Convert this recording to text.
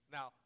Now